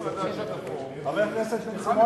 חבר הכנסת בן-סימון,